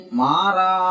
mara